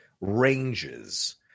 ranges